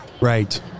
Right